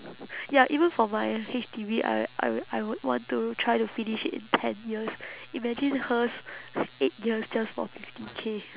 ya even for my H_D_B I I w~ I would want to try to finish it in ten years imagine hers eight years just for fifty K